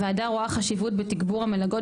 הוועדה רואה חשיבות בתגבור המלגות,